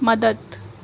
مدد